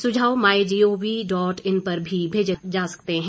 सुझाव my G O V dot in पर भी मेजे जा सकते हैं